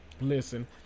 listen